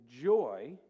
joy